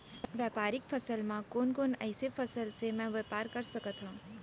व्यापारिक फसल म कोन कोन एसई फसल से मैं व्यापार कर सकत हो?